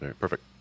Perfect